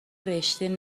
رشتهء